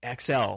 xl